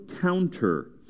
counter